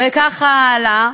וכך הלאה.